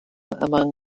among